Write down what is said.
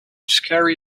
scary